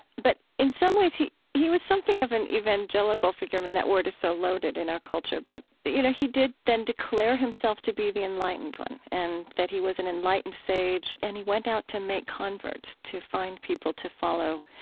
but, in some ways, he he was something of an evangelical figure. i mean that word is so loaded in our culture. but, you know, he did then declare himself to be the enlightened one, and that he was an enlightened sage. and he went out to make converts, to find people to follow,